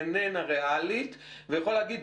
איננה ריאלית ויכול להגיד,